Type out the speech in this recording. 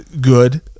good